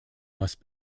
must